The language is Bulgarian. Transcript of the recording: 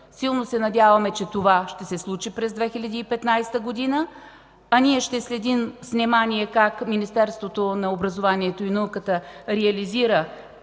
Силно се надяваме, че това ще се случи през 2015 г., а ние ще следим с внимание как Министерството на образованието и науката реализира